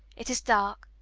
it is dark,